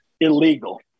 illegal